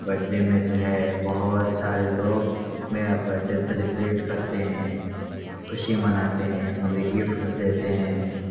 birth day میں جو ہے بہت سارے لوگ میرا برتھ ڈے سیلیبریٹ کرتے ہیں خوشی مناتے ہیں مجھے گفٹس دیتے ہیں